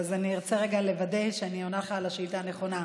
אז אני ארצה רגע לוודא שאני עונה לך על השאילתה הנכונה.